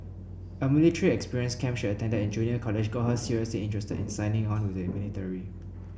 a military experience camp she attended in junior college got her seriously interested in signing on with the military